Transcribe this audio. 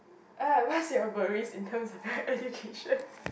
ah what's your worries in term of education